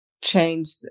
change